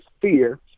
fear